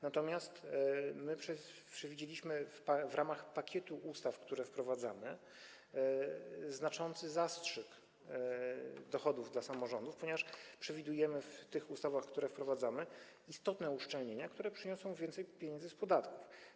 Natomiast my przewidzieliśmy w ramach pakietu ustaw, które wprowadzamy, znaczący zastrzyk, jeżeli chodzi o dochody samorządów, ponieważ planujemy w tych ustawach, które wprowadzamy, istotne uszczelnienia, które zapewnią więcej pieniędzy z podatków.